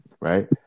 right